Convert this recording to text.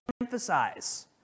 emphasize